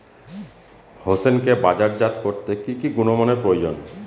হোসেনকে বাজারজাত করতে কি কি গুণমানের প্রয়োজন?